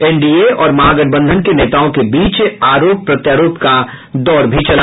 NDA और महागठबंधन के नेताओं के बीच आरोप प्रत्यारोप का दौर भी चला